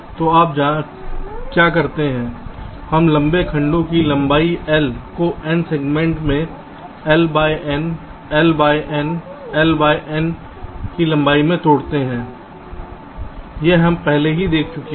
तो आप क्या करते हैं हम लंबे खंडों की लंबाई L को N सेगमेंट में L by N L by N L by N की लंबाई में तोड़ते हैं यह हम पहले ही देख चुके हैं